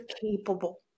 capable